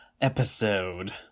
episode